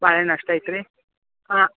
ಬಾಳೆಹಣ್ಣು ಅಷ್ಟೇ ಐತ್ರಿ ಹಾಂ